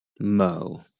mo